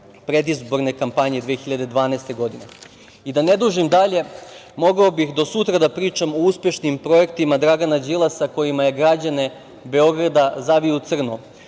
predizborne kampanje 2012. godine. Da ne dužim dalje, mogao bih do sutra da pričam o uspešnim projektima Dragana Đilasa, kojima je građane Beograda zavio u crno,